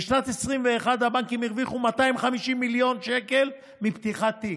בשנת 2021 הבנקים הרוויחו 250 מיליון שקלים מפתיחת תיק.